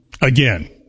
again